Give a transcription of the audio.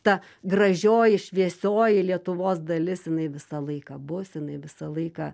ta gražioji šviesioji lietuvos dalis jinai visą laiką bus jinai visą laiką